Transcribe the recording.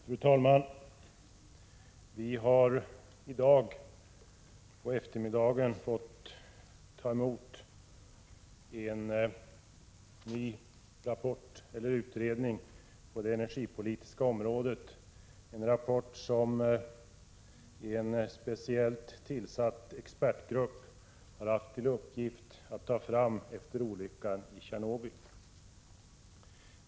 Fru talman! Vi har i dag på eftermiddagen fått ta emot en ny rapport på det energipolitiska området, en rapport som en speciellt tillsatt expertgrupp har haft till uppgift att ta fram efter olyckan i Tjernobyl.